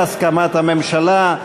בהסכמת הממשלה,